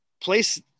Place